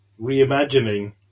reimagining